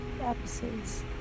episodes